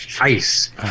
ice